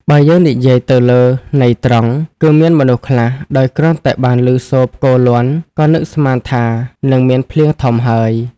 បើយើងនិយាយទៅលើន័យត្រង់ គឺមានមនុស្សខ្លះដោយគ្រាន់តែបានឮសូរផ្គរលាន់ ក៏នឹងស្មានថា នឹងមានភ្លៀងធំហើយ ។